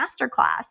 masterclass